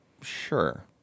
Sure